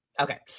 Okay